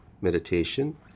meditation